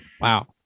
Wow